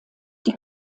die